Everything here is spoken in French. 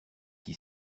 qui